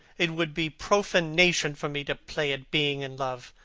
it would be profanation for me to play at being in love.